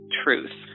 truth